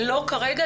לא כרגע.